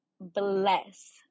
bless